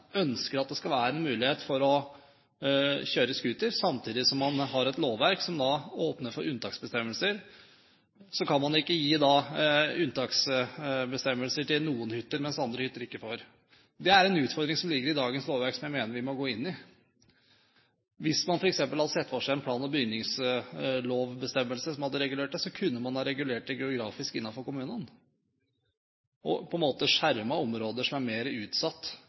det skal være en mulighet for å kjøre scooter samtidig som man har et lovverk som åpner for unntaksbestemmelser, kan man ikke gi unntaksbestemmelser til noen hytter, mens andre hytter ikke får. Det er en utfordring som ligger i dagens lovverk, som jeg mener vi må gå inn i. Hvis man f.eks. hadde sett for seg en plan- og bygningslovbestemmelse som hadde regulert dette, kunne man ha regulert det geografisk innenfor kommunene og på en måte skjermet områder som er mer utsatt